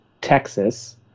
Texas